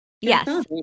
Yes